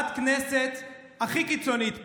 הם יקבלו את המשנה מחברת הכנסת הכי קיצונית פה.